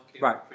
right